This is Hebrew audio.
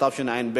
התשע"ב